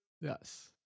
Yes